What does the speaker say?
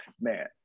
man